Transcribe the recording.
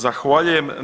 Zahvaljujem.